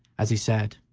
as he said